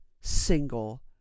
single